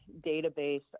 database